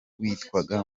witwaga